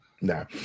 No